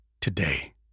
today